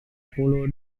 puluh